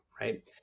right